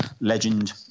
legend